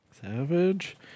Savage